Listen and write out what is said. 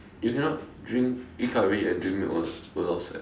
you cannot drink eat Curry and drink milk [what] will lao sai